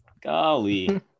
golly